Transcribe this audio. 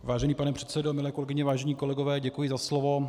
Vážený pane předsedo, milé kolegyně, vážení kolegové, děkuji za slovo.